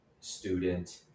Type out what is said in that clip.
student